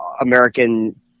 American